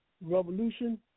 revolution